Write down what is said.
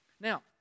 Now